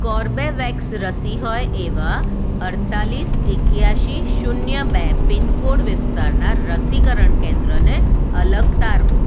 Corbevax રસી હોય એવાં અડતાલીસ એક્યાસી શૂન્ય બે પિન કોડ વિસ્તારનાં રસીકરણ કેન્દ્રને અલગ તારવો